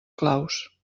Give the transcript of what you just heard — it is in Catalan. claus